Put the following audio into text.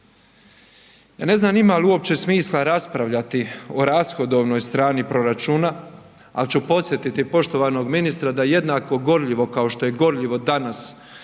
Ja ne znam ima li uopće smisla raspravljati o rashodovnoj strani proračuna, ali ću podsjetiti poštovanog ministra da jednako gorljivo kao što je gorljivo danas